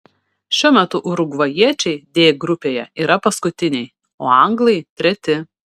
šiuo metu urugvajiečiai d grupėje yra paskutiniai o anglai treti